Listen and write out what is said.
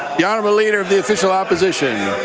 the honourable leader of the official opposition